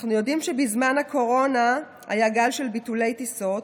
אנחנו יודעים שבזמן הקורונה היה גל של ביטולי טיסות,